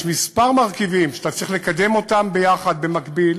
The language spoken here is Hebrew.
יש כמה מרכיבים שצריך לקדם ביחד במקביל,